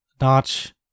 Notch